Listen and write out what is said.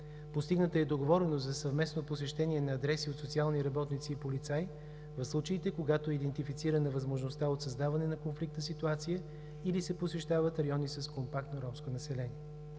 Постигната е договореност за съвместно посещение на адреси от социални работници и полицаи в случаите, когато е идентифицирана възможността от създаване на конфликтна ситуация или се посещават райони с компактно ромско население.